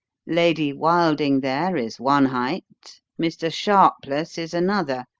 lady wilding there is one height, mr. sharpless is another,